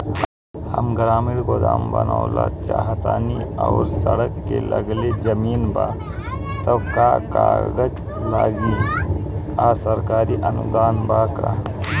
हम ग्रामीण गोदाम बनावल चाहतानी और सड़क से लगले जमीन बा त का कागज लागी आ सरकारी अनुदान बा का?